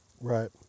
Right